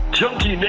junkie